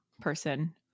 person